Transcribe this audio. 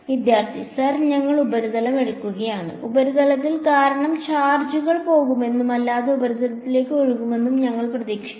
വിദ്യാർത്ഥി സർ ഞങ്ങൾ ഉപരിതലം എടുക്കുകയാണ് ഉപരിതലത്തിൽ കാരണം ചാർജുകൾ പോകുമെന്നും അല്ലാത്ത ഉപരിതലത്തിലേക്ക് ഒഴുകുമെന്നും ഞങ്ങൾ പ്രതീക്ഷിക്കുന്നു